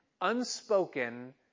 unspoken